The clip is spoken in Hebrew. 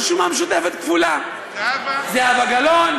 רשימה משותפת כפולה: זהבה גלאון,